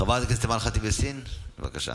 חברת הכנסת אימאן ח'טיב יאסין, בבקשה.